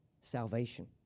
salvation